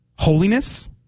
Holiness